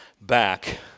back